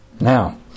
Now